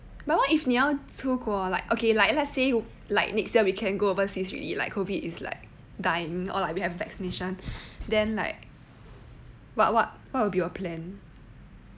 yes but what if 你要出国 like okay like let's say like next year we can go overseas already like COVID is like dying or like we have vaccination then like what what what will be your plan